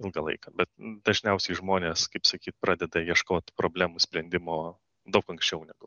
ilgą laiką bet dažniausiai žmonės kaip sakyt pradeda ieškot problemų sprendimo daug anksčiau negu